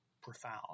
profound